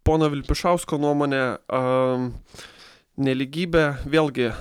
pono vilpišausko nuomone a nelygybė vėlgi